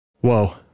Whoa